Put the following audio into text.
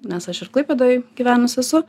nes aš ir klaipėdoj gyvenus esu